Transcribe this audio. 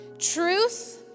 Truth